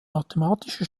mathematische